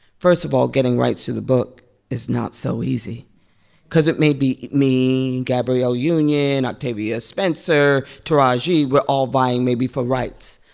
first of all, getting rights to the book is not so easy because it may be me, gabrielle union, octavia spencer, taraji. we're all vying, maybe, for rights.